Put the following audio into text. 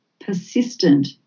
persistent